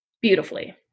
beautifully